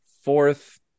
fourth